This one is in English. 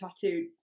tattooed